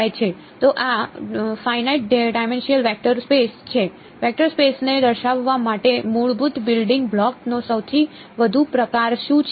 તો આ finite dimensional vector space નો સૌથી વધુ પ્રકાર શું છે